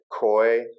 Koi